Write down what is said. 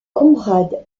conrad